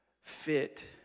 fit